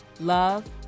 love